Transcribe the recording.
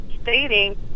stating